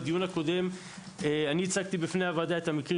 בדיון הקודם הצגתי בפני הוועדה את המקרים.